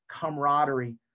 camaraderie